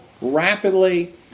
rapidly